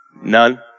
None